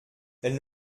elles